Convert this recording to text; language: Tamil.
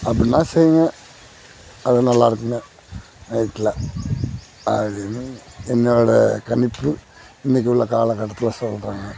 அப்படி நான் செய்வேன் அது நல்லாருக்குன்னு நைட்ல அது என் என்னோட கணிப்பு இன்றைக்கி உள்ள காலகட்டத்தில் சொல்கிறேங்க